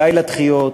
די לדחיות.